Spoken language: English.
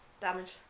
damage